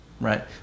right